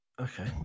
Okay